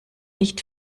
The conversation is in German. nicht